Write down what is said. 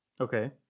okay